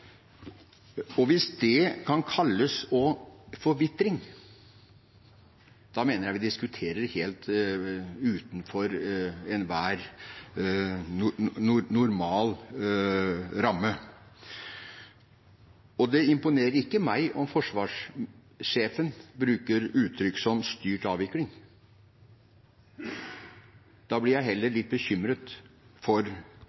kommer. Hvis det kan kalles forvitring, mener jeg vi diskuterer dette helt utenfor enhver normal ramme. Det imponerer ikke meg om forsvarsjefen bruker uttrykk som styrt avvikling. Da blir jeg heller litt bekymret for